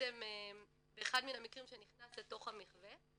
בעצם באחד מהמקרים שנכנס אל תוך המחווה,